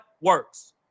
works